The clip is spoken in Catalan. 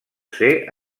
ser